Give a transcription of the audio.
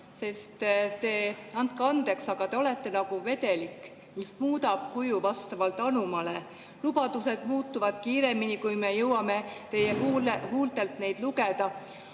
sest andke andeks, aga te olete nagu vedelik, mis muudab kuju vastavalt anumale. Lubadused muutuvad kiiremini, kui me jõuame teie huultelt neid lugeda.